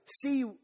see